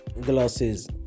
glasses